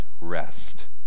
rest